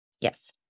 yes